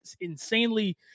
insanely